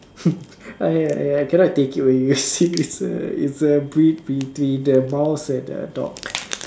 !aiya! ya I cannot take it already you see it's it's a breed between the mouse and the dog